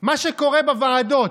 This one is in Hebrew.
מה שקורה בוועדות,